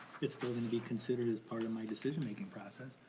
it's still gonna be considered as part of my decision making process.